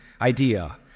idea